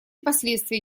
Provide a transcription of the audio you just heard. последствия